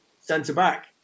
centre-back